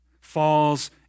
falls